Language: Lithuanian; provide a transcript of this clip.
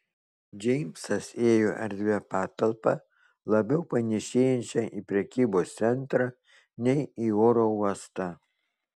džeimsas ėjo erdvia patalpa labiau panėšėjančia į prekybos centrą nei į oro uostą